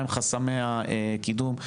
מה הם חסמי הקידום,